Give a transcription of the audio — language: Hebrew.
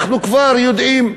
אנחנו כבר יודעים.